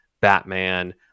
batman